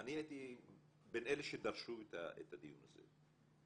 אני הייתי בין אלה שדרשו את הדיון הזה.